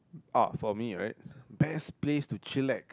oh for me right best place to chillax